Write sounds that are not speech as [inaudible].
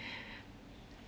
[breath]